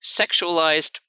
sexualized